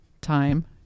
time